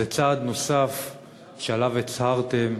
זה צעד נוסף שעליו הצהרתם,